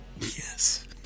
Yes